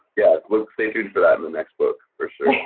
yeah, looks, stay tuned for that in the next book, for sure.